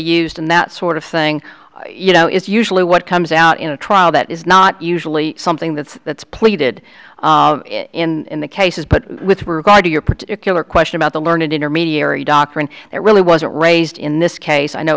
used and that sort of thing you know is usually what comes out in a trial that is not usually something that's that's pleaded in the cases but with regard to your particular question about the learned intermediary doctrine it really wasn't raised in this case i know